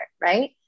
right